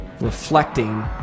reflecting